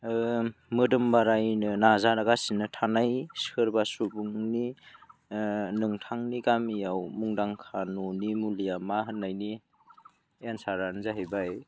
मोदोम बारायनो नाजागासिनो थानाय सोरबा सुबुंनि नोंथांनि गामियाव मुंदांखा न'नि मुलिया मा होननायनि एन्सारानो जाहैबाय